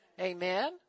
Amen